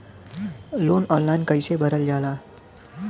Loan online कइसे भरल जाला?